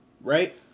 right